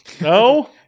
No